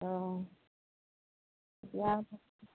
অঁ